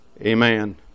Amen